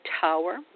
Tower